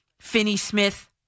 Finney-Smith